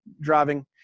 driving